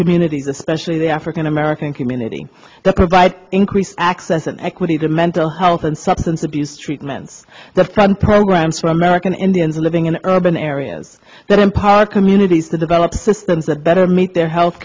communities especially the african american community that provide increased access and equity to mental health and substance abuse treatments that time programs for american indians living in urban areas that empower communities to develop systems that better meet their health